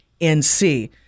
NC